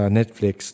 Netflix